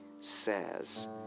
says